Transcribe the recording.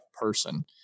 person